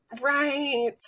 right